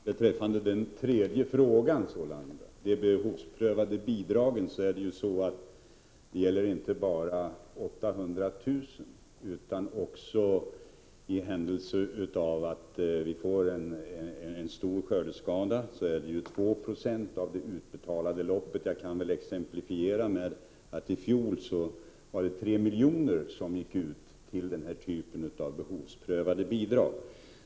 Herr talman! Beträffande den tredje frågan, om de behovsprövade bidragen, vill jag säga att det inte bara gäller 800 000 kr. I händelse av en stor skördeskada blir det ju fråga om 2 96 av det utbetalade beloppet. Jag kan exemplifiera med att det i fjol utbetalades 3 miljoner till denna typ av behovsprövade bidrag.